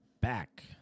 back